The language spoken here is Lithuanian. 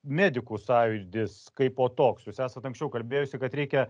medikų sąjūdis kaipo toks jūs esat anksčiau kalbėjusi kad reikia